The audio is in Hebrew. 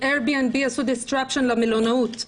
RBNB עשו דיסטרקשן למלונאות,